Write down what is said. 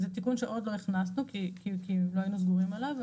זה תיקון שעוד לא הכנסנו, לא היינו סגורים עליו.